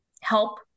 help